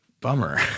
bummer